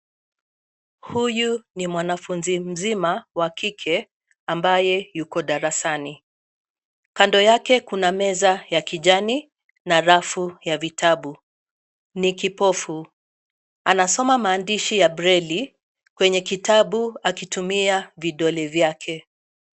Huyu ni mwanafunzi mzima wa kike ambaye huko darasani. Kando yake kuna meza ya kijani na rafu ya vitabu, ni kipofu. Anasoma maandishi ya breli kwenye kitabu akitumia vidole vyake.